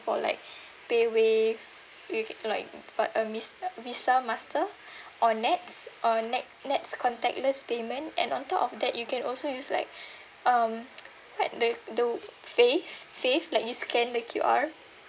for like PayWave you like but uh misa~ Visa Master or NETS or net NETS contactless payment and on top of that you can also use like um what the the Fave Fave like you scan the Q_R